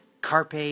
Carpe